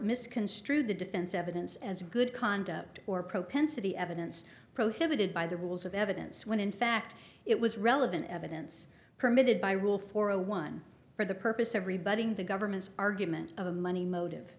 misconstrued the defense evidence as a good conduct or propensity evidence prohibited by the rules of evidence when in fact it was relevant evidence permitted by rule for a one for the purpose everybody in the government's argument of a money motive